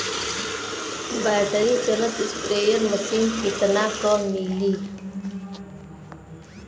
Battery चलत sprayer machine कितना क मिली?